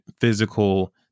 physical